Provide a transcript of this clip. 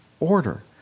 Order